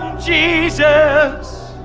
jesus.